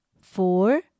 four